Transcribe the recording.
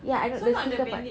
ya I not the sticker part